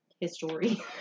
history